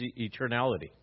eternality